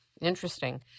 Interesting